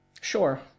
Sure